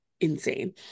insane